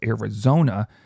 Arizona